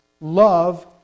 love